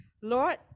Lord